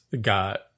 got